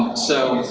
so,